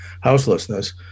houselessness